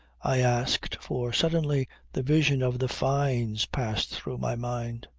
i asked, for suddenly the vision of the fynes passed through my mind.